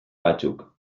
batzuk